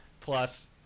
plus